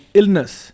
illness